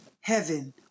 heaven